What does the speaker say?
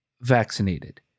vaccinated